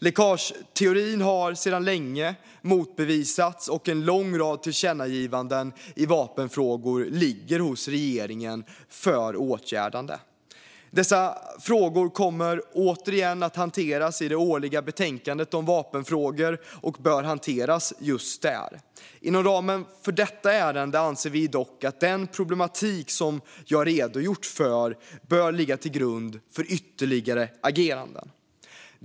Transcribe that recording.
Läckageteorin har sedan länge motbevisats, och en lång rad tillkännagivanden i vapenfrågor ligger hos regeringen för åtgärdande. Dessa frågor kommer återigen att hanteras i det årliga betänkandet om vapenfrågor, och de bör hanteras just där. Inom ramen för detta ärende anser vi dock att den problematik som jag har redogjort för bör ligga till grund för ytterligare agerande.